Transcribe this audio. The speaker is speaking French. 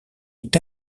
est